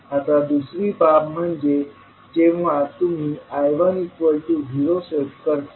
आता दुसरी बाब म्हणजे जेव्हा तुम्ही I10 सेट करतात